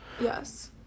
Yes